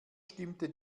stimmte